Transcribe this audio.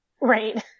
Right